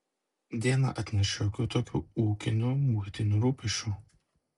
diena atneš šiokių tokių ūkinių buitinių rūpesčių